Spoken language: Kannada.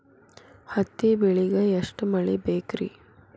ಹತ್ತಿ ಬೆಳಿಗ ಎಷ್ಟ ಮಳಿ ಬೇಕ್ ರಿ?